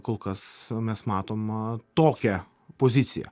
kol kas mes matoma tokią poziciją